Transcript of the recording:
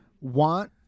want